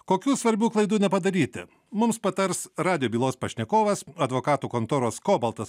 kokių svarbių klaidų nepadaryti mums patars radijo bylos pašnekovas advokatų kontoros kobaltas